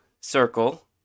circle